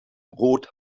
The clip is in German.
brot